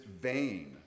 vain